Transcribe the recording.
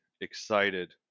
excited